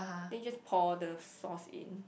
then you just pour the sauce in